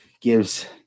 gives